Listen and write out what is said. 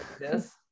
yes